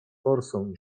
forsą